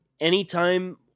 anytime